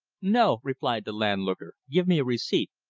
no, replied the landlooker. give me a receipt.